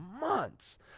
months